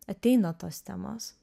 ateina tos temos